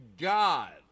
God